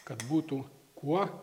kad būtų kuo